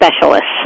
specialists